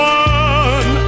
one